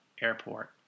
Airport